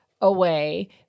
away